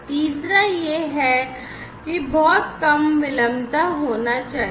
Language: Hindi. तीसरा यह है कि बहुत कम विलंबता होना चाहिए